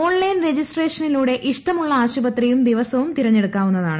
online രജിസ് ട്രേഷനിലൂടെ ഇഷ്ടമുള്ള ആശുപത്രിയും ദിവസവും തെരഞ്ഞെടുക്കാവുന്നതാണ്